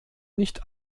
nicht